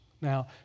Now